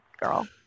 girl